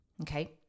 Okay